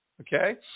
okay